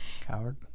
coward